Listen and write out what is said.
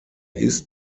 ist